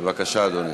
בבקשה, אדוני.